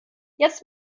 jetzt